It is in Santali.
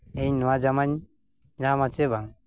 ᱤᱧ ᱱᱚᱣᱟ ᱡᱟᱢᱟᱧ ᱧᱟᱢ ᱟᱥᱮ ᱵᱟᱝ